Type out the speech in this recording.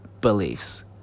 beliefs